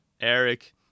Eric